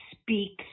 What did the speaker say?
speaks